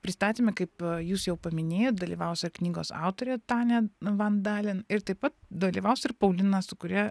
pristatyme kaip jūs jau paminėjot dalyvaus ir knygos autorė tania van dalen ir taip pat dalyvaus ir paulina su kuria